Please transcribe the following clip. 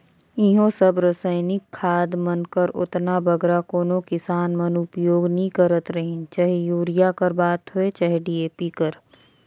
इहों सब रसइनिक खाद मन कर ओतना बगरा कोनो किसान मन उपियोग नी करत रहिन चहे यूरिया कर बात होए चहे डी.ए.पी कर